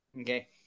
Okay